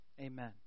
Amen